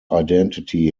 identity